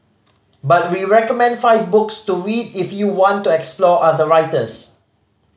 but we recommend five books to read if you want to explore other writers